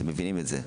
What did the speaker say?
אתם מבינים את זה.